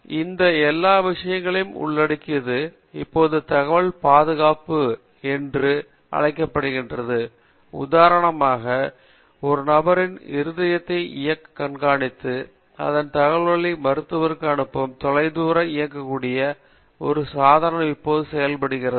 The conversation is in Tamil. இந்த எல்லா விஷயங்களையும் உள்ளடக்கியது இப்போது தகவல் பாதுகாப்புக்காக என்று அழைக்கப்படுகிறது உதாரணமாக ஒரு நபரின் இருதய இயக்கத்தை கண்காணித்து அதன் தகவல்களை மருத்துவருக்கு அனுப்பும் தொலைதூரமாக இயங்கக்கூடிய ஒரு சாதனம் இப்போது செய்யப்படுகிறது